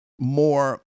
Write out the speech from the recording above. more